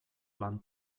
lan